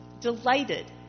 delighted